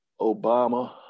Obama